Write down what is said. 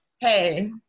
hey